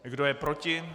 Kdo je proti?